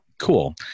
cool